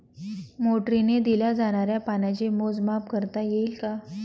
मोटरीने दिल्या जाणाऱ्या पाण्याचे मोजमाप करता येईल का?